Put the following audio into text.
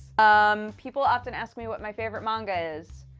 um, people often ask me what my favorite manga is.